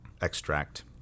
extract